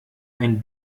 ein